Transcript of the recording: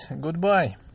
goodbye